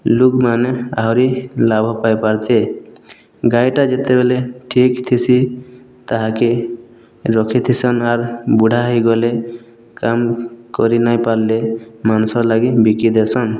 ଲୋକମାନେ ଆହୁରି ଲାଭ ପାଇ ପାରତେ ଗାଈଟା ଯେତେବେଲେ ଠିକ୍ ଥିସି ତାହାକେ ରଖିଥିସନ୍ ଆର୍ ବୁଢ଼ା ହେଇଗଲେ କାମ୍ କରି ନାଇପାରଲେ ମାଂସ ଲାଗି ବିକି ଦେସନ୍